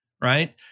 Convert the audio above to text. right